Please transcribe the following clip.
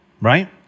right